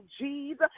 Jesus